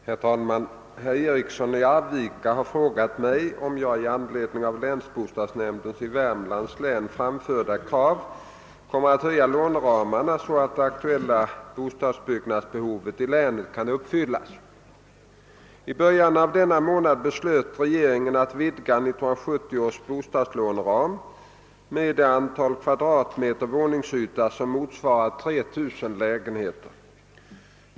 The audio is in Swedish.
Herr talman! Herr Eriksson i Arvika har frågat mig om jag i anledning av länsbostadsnämndens i Värmlands län framförda krav kommer att höja låneramarna så att det aktuella bostadsbyggnadsbehovet i länet kan uppfyllas. I början av denna månad beslöt regeringen att vidga 1970 års bostadslåneram med det antal kvadratmeter våningsyta som motsvarar 3 000 lägenheter.